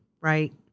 right